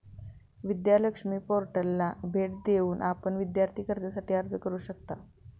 विद्या लक्ष्मी पोर्टलला भेट देऊन आपण विद्यार्थी कर्जासाठी अर्ज करू शकता